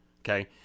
Okay